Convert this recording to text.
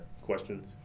Questions